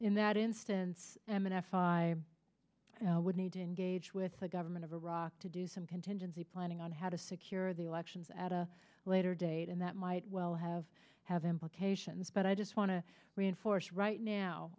in that instance m f i would need to engage with the government of iraq to do some contingency planning on how to secure the elections at a later date and that might well have have implications but i just want to reinforce right